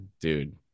dude